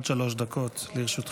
בבקשה, עד שלוש דקות לרשותך.